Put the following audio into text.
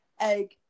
egg